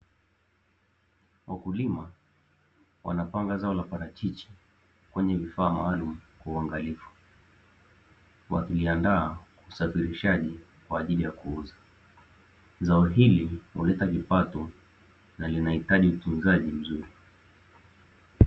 Wakulima wanapanga zao la parachichi kwenye vifaa maalum kwa uangalifu, wakiliandaa kwa usafirishaji kwaajili ya kuuza, zao hili huleta kipato na linahitaji utunzaji mzuri.